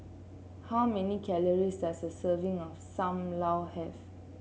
how many calories does a serving of Sam Lau have